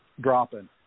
dropping